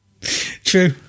True